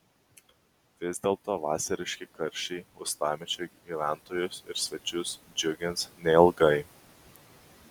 vis dėlto vasariški karščiai uostamiesčio gyventojus ir svečius džiugins neilgai